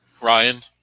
Ryan